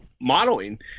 modeling